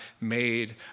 made